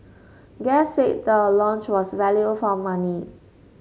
guests said the lounge was value for money